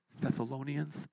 Thessalonians